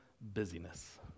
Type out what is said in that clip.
busyness